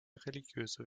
religiöse